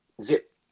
zip